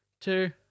two